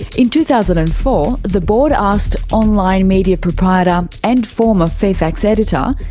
in two thousand and four, the board asked online media proprietor um and former fairfax editor,